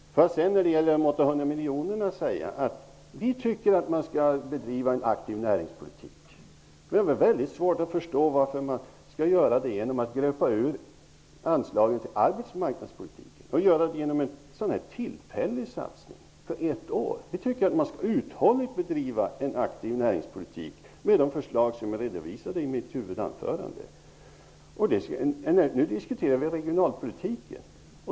Vidare var det frågan om de 800 miljonerna. Vi tycker att man skall bedriva en aktiv näringspolitik. Men vi har väldigt svårt att förstå varför det skall göras genom att gröpa ut anslagen till arbetsmarknadspolitiken med en tillfällig satsning på ett år. Jag tycker att man skall uthålligt bedriva en aktiv näringspolitik med hjälp av de förslag som jag redovisade i mitt huvudanförande. Nu diskuterar vi regionalpolitiken.